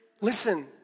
listen